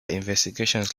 investigations